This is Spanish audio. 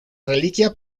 reliquia